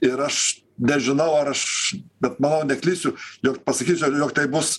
ir aš nežinau ar aš bet manau neklysiu jog pasakysiu ar jog tai bus